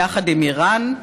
יחד עם איראן,